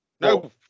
No